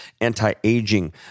anti-aging